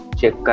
check